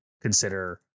consider